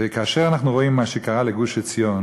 וכאשר אנחנו רואים מה שקרה לגוש-עציון,